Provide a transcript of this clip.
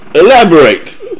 elaborate